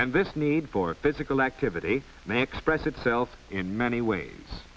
and this need for physical activity may express itself in many ways